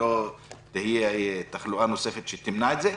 ולא תהיה תחלואה נוספת שתמנע את זה.